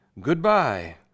Goodbye